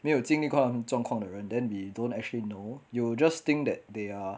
没有经历他们状况的人 then we don't actually know you just think that they are